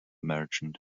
merchant